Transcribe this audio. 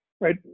right